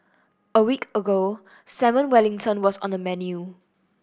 a week ago Salmon Wellington was on the menu